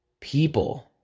people